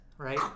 Right